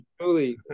truly